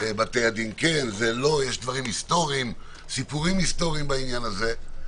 בתי הדין, יש סיפורים היסטוריים בעניין הזה.